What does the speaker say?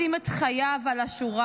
לשים את חייו על השורה,